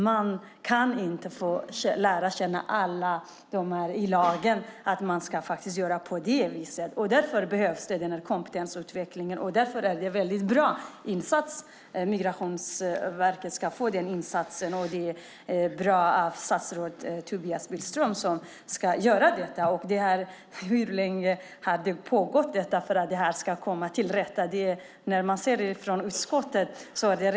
Man kan inte lära sig alla lagar, och man vet inte hur man ska göra. Därför behövs kompetensutvecklingen. Det är mycket bra att statsrådet Tobias Billström ska se till att en sådan insats görs vid Migrationsverket. Hur länge har den varit på gång?